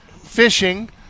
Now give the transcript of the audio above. fishing